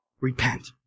Repent